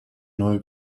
neue